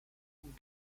guten